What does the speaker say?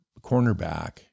cornerback